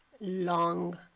long